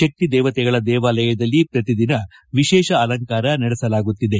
ಶಕ್ತಿದೇವತೆಗಳ ದೇವಾಲಯದಲ್ಲಿ ಪ್ರತಿದಿನ ವಿಶೇಷ ಅಲಂಕಾರ ನಡೆಸಲಾಗುತ್ತಿದೆ